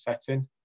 setting